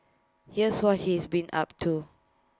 here's what he's been up to